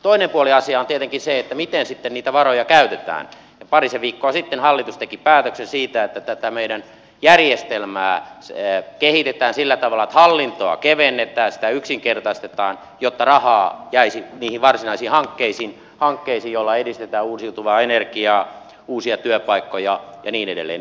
toinen puoli asiaa on tietenkin se miten sitten niitä varoja käytetään ja parisen viikkoa sitten hallitus teki päätöksen siitä että tätä meidän järjestelmäämme kehitetään sillä tavalla että hallintoa kevennetään sitä yksinkertaistetaan jotta rahaa jäisi niihin varsinaisiin hankkeisiin joilla edistetään uusiutuvaa energiaa uusia työpaikkoja ja niin edelleen